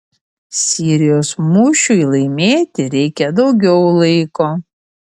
sirijos mūšiui laimėti reikia daugiau laiko